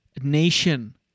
nation